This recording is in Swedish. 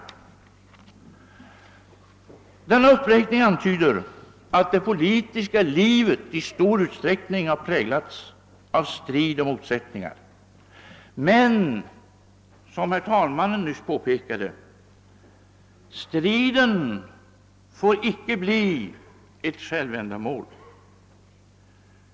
Denna uppräkning antyder att det politiska livet i stor utsträckning har präglats av strid och motsättningar. Men striden får icke — som herr talmannen nyss påpekade — bli ett självändamål.